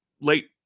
late